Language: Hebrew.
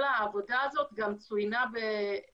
כל העבודה הזאת גם צוינה